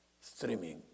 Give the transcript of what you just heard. streaming